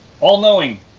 all-knowing